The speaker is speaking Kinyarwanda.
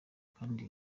kandi